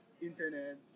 internet